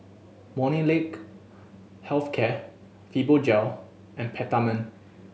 Molnylcke Health Care Fibogel and Peptamen